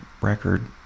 record